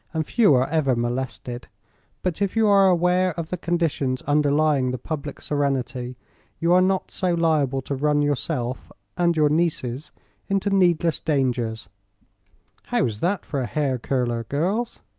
and few are ever molested but if you are aware of the conditions underlying the public serenity you are not so liable to run yourself and your nieces into needless dangers how's that for a hair-curler, girls?